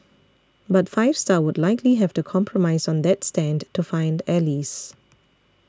but Five Star would likely have to compromise on that stand to find allies